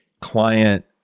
client